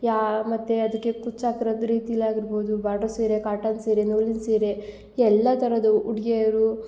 ಯಾ ಮತ್ತು ಅದಕ್ಕೆ ಕುಚ್ ಹಾಕಿರೋದು ರೀತಿಲಿ ಆಗಿರ್ಬೋದು ಬಾಡ್ರು ಸೀರೆ ಕಾಟನ್ ಸೀರೆ ನೂಲಿನ ಸೀರೆ ಎಲ್ಲ ಥರದ್ದು ಹುಡ್ಗಿಯರು